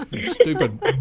Stupid